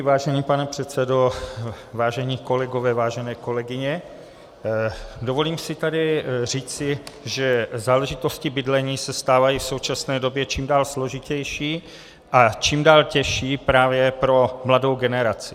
Vážený pane předsedo, vážení kolegové, vážené kolegyně, dovolím si tady říci, že záležitosti bydlení se stávají v současné době čím dál složitější a čím dál těžší právě pro mladou generaci.